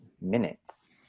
minutes